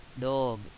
dog